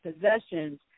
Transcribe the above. possessions